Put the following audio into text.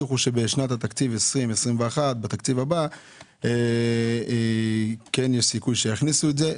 הבטיחו שבשנת התקציב 2021 בתקציב הבא כן יש סיכוי שיכניסו את זה.